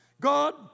God